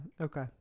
okay